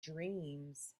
dreams